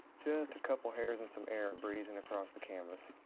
just a couple of hairs and some air breezing across the canvas.